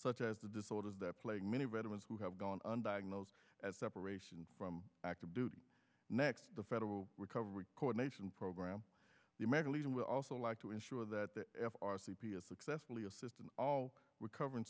such as the disorders that plague many veterans who have gone on diagnosed as separation from active duty next the federal recovery coordination program the american legion would also like to ensure that the f r c p a successfully a system all recovering